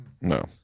No